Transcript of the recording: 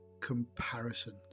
comparisons